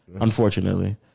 Unfortunately